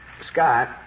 Scott